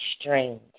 strange